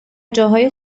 جاهای